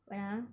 wait ah